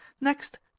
next